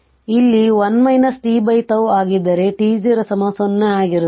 ಇಲ್ಲಿ ಅದು 1 tτ ಆಗಿದ್ದರೆ t0 0 ಆಗಿರುತ್ತದೆ